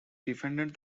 defended